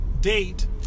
date